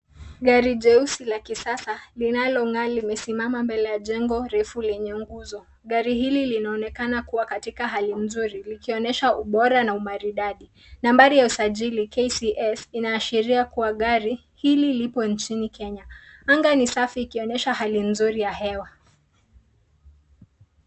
Gari jeusi la kisasa, linalo ngaa limesimama mbele ya jengo, refu lenye nguzo. Gari hili linaonekana kuwa katika hali mzuri likionesha ubora na umaridadi. Nambari ya usajili KCS inashiria kuwa gari hili lipo nchini Kenya. Anga ni safi ikionesha hali nzuri ya hewa.